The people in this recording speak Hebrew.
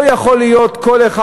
לא יכול להיות כל אחד,